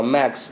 Max